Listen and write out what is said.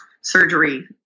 surgery